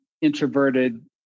introverted